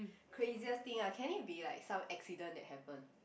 craziest thing ah can it be like some accident that happened